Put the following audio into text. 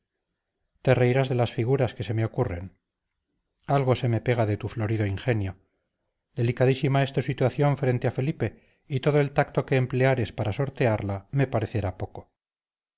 te reirás de las figuras que se me ocurren algo se me pega de tu florido ingenio delicadísima es tu situación frente a felipe y todo el tacto que empleares para sortearla me parecerá poco